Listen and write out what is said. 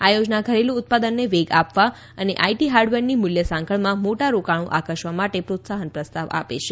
આ યોજના ઘરેલું ઉત્પાદનને વેગ આપવા અને આઇટી હાર્ડવેરની મૂલ્ય સાંકળમાં મોટા રોકાણો આકર્ષવા માટે પ્રોત્સાહન પ્રસ્તાવ આપે છે